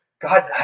God